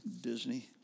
Disney